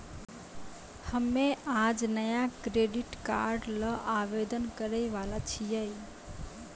हम्मे आज नया क्रेडिट कार्ड ल आवेदन करै वाला छियौन